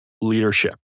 leadership